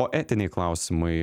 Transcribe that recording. o etiniai klausimai